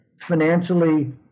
financially –